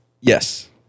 Yes